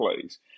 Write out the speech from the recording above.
plays